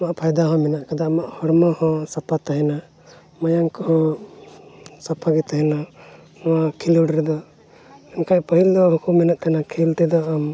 ᱟᱢᱟᱜ ᱯᱷᱟᱭᱫᱟ ᱦᱚᱸ ᱢᱮᱱᱟᱜ ᱠᱟᱫᱟ ᱟᱢᱟᱜ ᱦᱚᱲᱢᱚ ᱦᱚᱸ ᱥᱟᱯᱷᱟ ᱛᱟᱦᱮᱱᱟ ᱢᱟᱭᱟᱢ ᱠᱚ ᱦᱚᱸ ᱥᱟᱯᱷᱟ ᱜᱮ ᱛᱟᱦᱮᱱᱟ ᱱᱚᱣᱟ ᱠᱷᱤᱞᱳᱰ ᱨᱮᱫᱚ ᱢᱮᱱᱠᱷᱟᱡ ᱯᱟᱹᱦᱤᱞ ᱫᱚ ᱠᱚ ᱢᱮᱱᱮᱜ ᱛᱟᱦᱮᱱᱟ ᱠᱷᱮᱞ ᱛᱮᱫᱚ ᱟᱢ